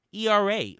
ERA